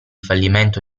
fallimento